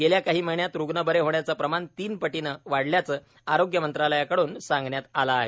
गेल्या महिन्यात रुग्ण बरे होण्याचं प्रमाण तीन पटीनं वाढल्याचं आरोग्य मंत्रालयाकडून सांगण्यात आलं आहे